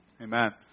Amen